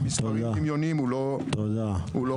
למספרים דמיוניים הוא לא רלוונטי.